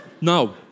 No